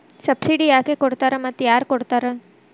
Subsidy ಯಾಕೆ ಕೊಡ್ತಾರ ಮತ್ತು ಯಾರ್ ಕೊಡ್ತಾರ್?